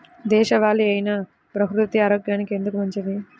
దేశవాలి అయినా బహ్రూతి ఆరోగ్యానికి ఎందుకు మంచిది?